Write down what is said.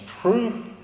true